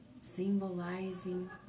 symbolizing